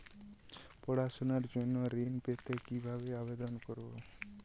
পড়াশুনা জন্য ঋণ পেতে কিভাবে আবেদন করব?